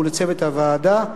ולצוות הוועדה,